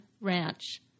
Ranch